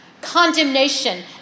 Condemnation